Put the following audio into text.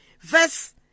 verse